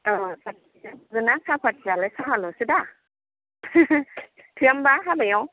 औ साथ के जि आ थोयोना सापात्तियालाय साहाल'सोदा थोआ होनबा हाबायाव